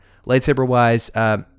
Lightsaber-wise